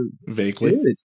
vaguely